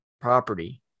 property